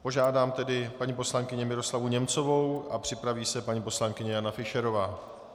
Požádám tedy paní poslankyni Miroslavu Němcovou a připraví se paní poslankyně Jana Fischerová.